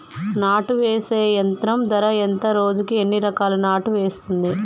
నాటు వేసే యంత్రం ధర ఎంత రోజుకి ఎన్ని ఎకరాలు నాటు వేస్తుంది?